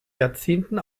jahrzehnten